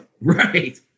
Right